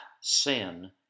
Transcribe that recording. sin